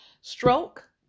Stroke